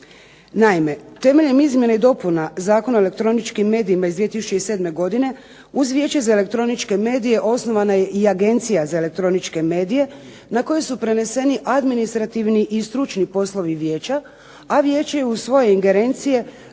Naime, temeljem izmjena i dopuna Zakona o elektroničkim medijima iz 2007. godine uz Vijeće za elektroničke medije osnovana je i Agencija za elektroničke medije na koju su preneseni administrativni i stručni poslovi vijeća, a vijeće je u svoje ingerencije